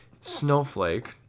snowflake